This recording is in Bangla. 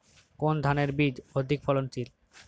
কোন ধানের বীজ অধিক ফলনশীল?